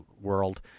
world